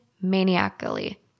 maniacally